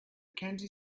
candy